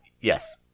yes